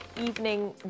evening